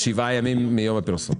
שבעה ימים מיום הפרסום.